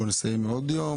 בואו נסיים עוד יום,